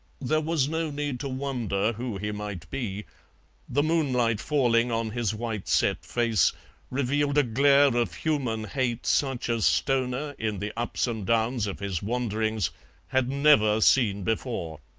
there was no need to wonder who he might be the moonlight falling on his white set face revealed a glare of human hate such as stoner in the ups and downs of his wanderings had never seen before.